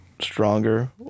stronger